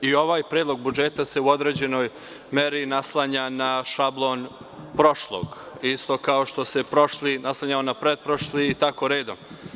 I ovaj predlog budžeta se u određenoj meri naslanja na šablon prošlog, isto kao što se prošli naslanjao na pretprošli i tako redom.